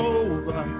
over